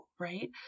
right